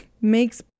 Makes